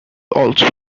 also